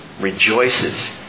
rejoices